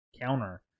counter